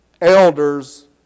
elders